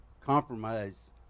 compromise